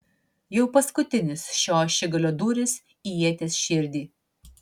jau paskutinis šio ašigalio dūris į ieties širdį